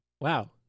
wow